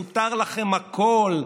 מותר לכם הכול,